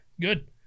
good